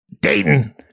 Dayton